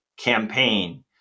campaign